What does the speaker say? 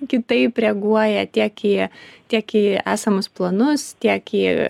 kitaip reaguoja tiek į tiek į esamus planus tiek į